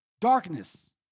Darkness